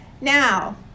now